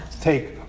Take